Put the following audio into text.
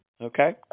Okay